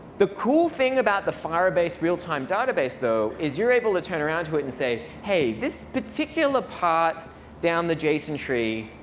the cool thing about the firebase realtime database, though, is you're able to turn around to it and say, hey, this particular part down the json tree,